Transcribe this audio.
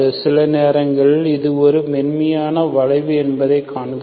சில நொடிகளில் அது ஒரு மென்மையான வளைவு என்பதைக் காண்கிறோம்